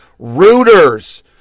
Reuters